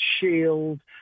Shield